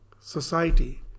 society